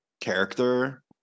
character